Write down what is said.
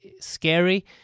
scary